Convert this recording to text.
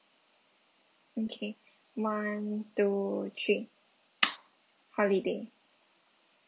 okay one two three holiday